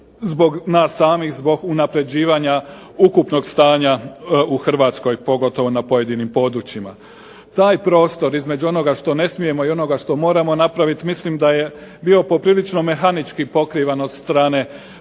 zbog nas samih zbog unapređivanja ukupnog stanja u Hrvatskoj, pogotovo na pojedinim područjima. Taj prostor između onoga što ne smijemo i onoga što moramo napraviti mislim da je bio poprilično mehanički pokrivan od strane Vlade,